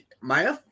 Maya